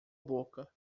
boca